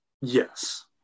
yes